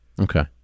Okay